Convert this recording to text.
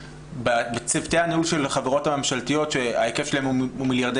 בצוותי הניהול של החברות הממשלתיות שההיקף שלהן הוא מיליארדי